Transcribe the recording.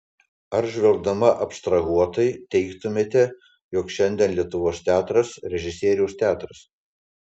ar žvelgdama abstrahuotai teigtumėte jog šiandien lietuvos teatras režisieriaus teatras